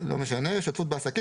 כל הרשויות האלה שיושבות פה,